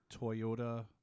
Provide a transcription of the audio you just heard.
Toyota